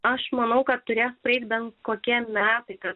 aš manau kad turi praeiti bent kokie metai kad